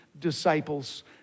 disciples